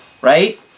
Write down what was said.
right